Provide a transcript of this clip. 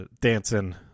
dancing